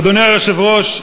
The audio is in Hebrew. אדוני היושב-ראש,